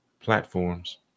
platforms